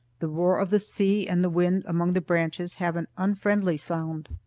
the roar of the sea and the wind among the branches have an unfriendly sound.